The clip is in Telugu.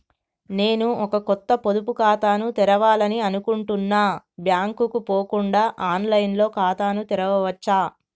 నేను ఒక కొత్త పొదుపు ఖాతాను తెరవాలని అనుకుంటున్నా బ్యాంక్ కు పోకుండా ఆన్ లైన్ లో ఖాతాను తెరవవచ్చా?